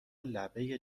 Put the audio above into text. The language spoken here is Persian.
لبه